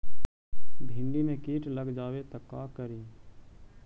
भिन्डी मे किट लग जाबे त का करि?